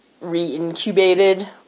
re-incubated